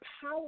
Power